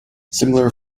similar